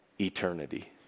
eternity